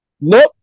Nope